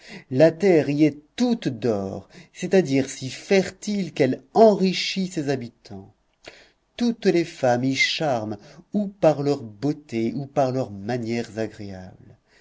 la terre y est toute d'or c'est-à-dire si fertile qu'elle enrichit ses habitants toutes les femmes y charment ou par leur beauté ou par leurs manières agréables